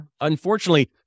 Unfortunately